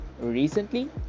recently